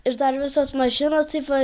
ir dar visos mašinos taip va